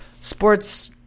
sports –